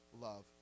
love